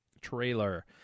trailer